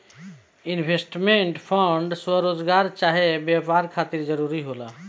investment fund स्वरोजगार चाहे व्यापार खातिर जरूरी होला